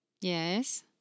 yes